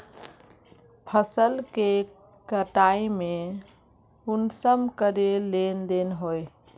फसल के कटाई में कुंसम करे लेन देन होए?